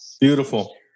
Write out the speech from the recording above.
beautiful